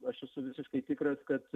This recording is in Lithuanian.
aš esu visiškai tikras kad